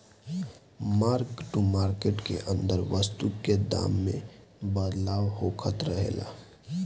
mark to market के अंदर वस्तु के दाम में बदलाव होखत रहेला